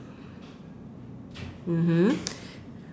mmhmm